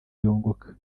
yunguka